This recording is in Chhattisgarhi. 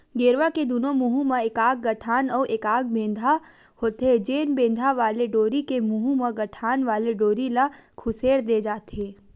गेरवा के दूनों मुहूँ म एकाक गठान अउ एकाक बेंधा होथे, जेन बेंधा वाले डोरी के मुहूँ म गठान वाले डोरी ल खुसेर दे जाथे